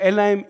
שאין להן יכולת.